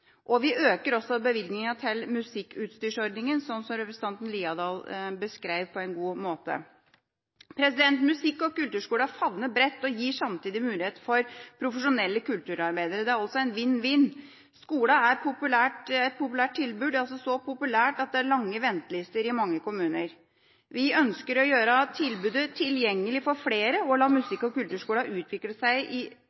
kulturskoler. Vi øker også bevilgningen til Musikkutstyrsordningen, slik som representanten Haukeland Liadal beskrev på en god måte. Musikk- og kulturskolene favner bredt og gir samtidig mulighet for profesjonelle kulturarbeidere – det er altså en vinn-vinn-situasjon. Skolene er et populært tilbud. Det er så populært at det er lange ventelister i mange kommuner. Vi ønsker å gjøre tilbudet tilgjengelig for flere og å la